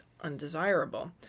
undesirable